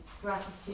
gratitude